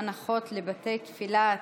הנחות לבתי תפילה),